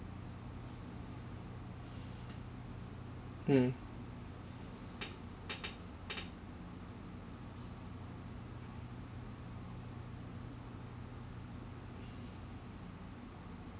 mm